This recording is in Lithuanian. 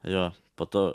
jo po to